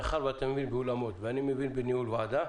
מאחר ואתה מבין באולמות ואני מבין בניהול ועדה,